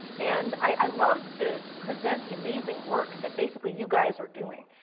and i love to present the amazing work that basically you guys are doing.